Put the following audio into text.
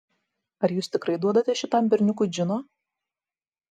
ar jūs tikrai duodate šitam berniukui džino